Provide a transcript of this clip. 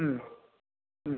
മ്മ് മ്മ്